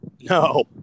No